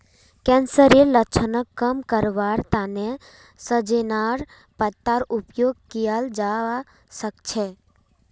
कैंसरेर लक्षणक कम करवार तने सजेनार पत्तार उपयोग कियाल जवा सक्छे